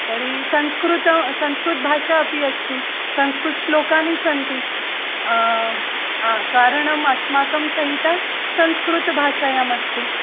तर्हि संस्कृते संस्कृतभाषा अपि अस्ति संस्कृतश्लोकानि सन्ति कारणम् अस्माकं सेण्टर् संस्कृतभाषायाम् अस्ति